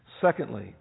Secondly